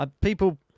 people